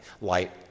light